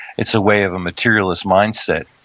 it's the way of a materialist mindset,